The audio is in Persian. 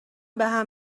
بهم